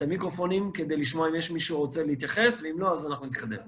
את המיקרופונים כדי לשמוע אם יש מישהו רוצה להתייחס, ואם לא, אז אנחנו נתחדל.